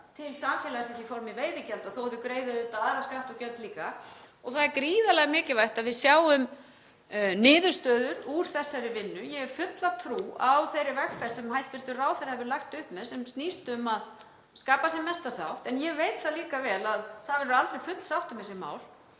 til samfélagsins í formi veiðigjalda, þó að þau greiði auðvitað aðra skatta og gjöld líka. Það er gríðarlega mikilvægt að við sjáum niðurstöður úr þessari vinnu. Ég hef fulla trú á þeirri vegferð sem hæstv. ráðherra hefur lagt upp með sem snýst um að skapa sem mesta sátt. En ég veit það líka vel að það verður aldrei full sátt um þessi mál.